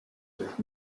with